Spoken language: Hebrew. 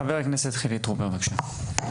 חבר הכנסת חילי טרופר, בבקשה.